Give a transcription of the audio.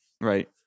Right